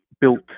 built